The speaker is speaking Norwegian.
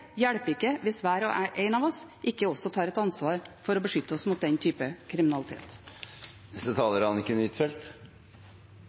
hjelper ikke hvis hver og en av oss ikke også tar et ansvar for å beskytte oss mot den type